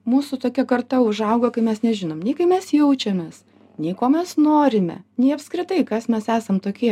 mūsų tokia karta užaugo kai mes nežinom nei kai mes jaučiamės nei ko mes norime nei apskritai kas mes esam tokie